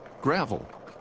gravel